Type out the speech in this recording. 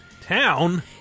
Town